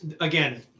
again